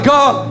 God